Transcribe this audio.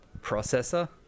processor